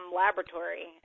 laboratory